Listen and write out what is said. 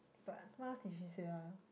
but what else did she say ah